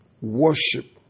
worship